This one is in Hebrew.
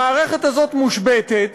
המערכת הזאת מושבתת.